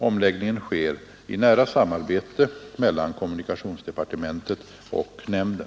Omläggningen sker i nära samarbete mellan kommunikationsdepartementet och nämnden.